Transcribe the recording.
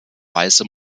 weiße